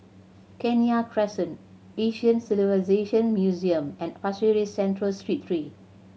Kenya Crescent Asian Civilisation Museum and Pasir Ris Central Street three